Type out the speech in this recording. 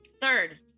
third